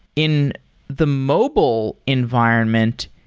in the mobile environment,